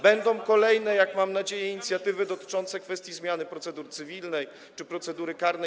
Będą kolejne, mam nadzieję, inicjatywy dotyczące kwestii zmiany procedury cywilnej czy procedury karnej.